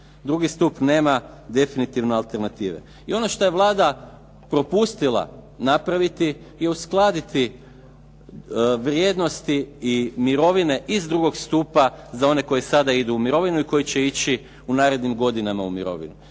Drugi stup nema definitivno alternative. I ono što je Vlada propustila napraviti je uskladiti vrijednosti i mirovine iz drugog stupa za one koji sada idu u mirovinu i koji će ići u narednim godinama u mirovinu.